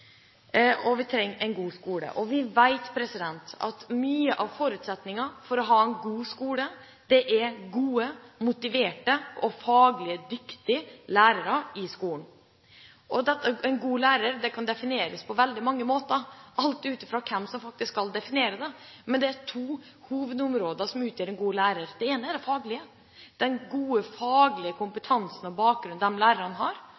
god skole er gode, motiverte og faglig dyktige lærere. En god lærer kan defineres på veldig mange måter, alt ut fra hvem som skal definere det. Men to hovedområder avgjør hva som er en god lærer. Det ene er det faglige – den gode faglige kompetansen og bakgrunnen lærerne har,